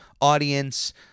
audience